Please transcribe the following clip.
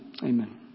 Amen